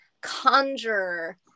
conjure